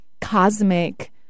cosmic